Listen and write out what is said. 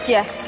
Yes